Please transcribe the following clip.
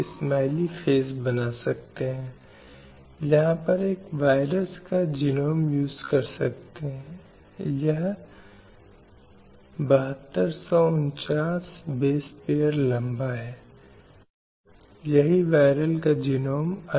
इसलिए हिंसा के मुद्दे को मान्यता देने की दिशा में यह घोषणा एक बहुत ही महत्वपूर्ण कदम था